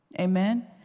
Amen